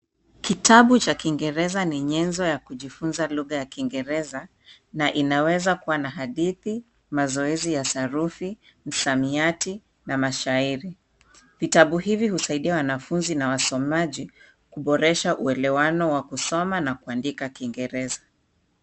Kitabu cha Kiingereza ni nyenzo ya kujifunza lugha ya Kiingereza na inaweza kuwa na hadithi, mazoezi ya sarufi, msamiati na mashairi. Vitabu hivi husaidia wanafunzi na wasomaji kuboresha uelewano wa kusoma na kuandika Kiingereza.